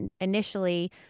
initially